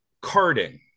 carding